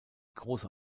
große